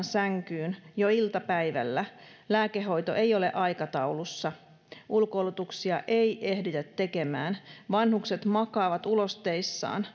sänkyyn jo iltapäivällä lääkehoito ei ole aikataulussa ulkoilutuksia ei ehditä tekemään vanhukset makaavat ulosteissaan